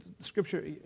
scripture